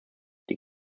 die